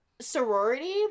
sorority